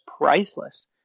priceless